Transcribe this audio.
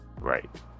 right